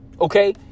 okay